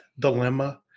dilemma